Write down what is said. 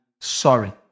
sorry